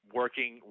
working